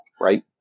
Right